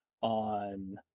on